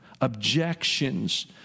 objections